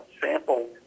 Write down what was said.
sample